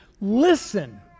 listen